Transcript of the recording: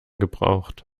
gebraucht